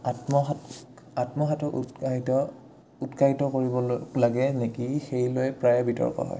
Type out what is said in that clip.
আত্মহাত আত্মহাতক উৎসাহিত উৎসাহিত কৰিব লাগে নেকি সেইলৈ প্ৰায়ে বিতৰ্ক হয়